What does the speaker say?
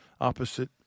opposite